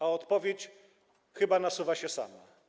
A odpowiedź chyba nasuwa się sama.